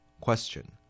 Question